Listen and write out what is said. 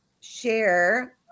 share